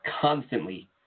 constantly